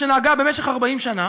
שנהגה 40 שנה: